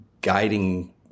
guiding